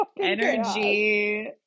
Energy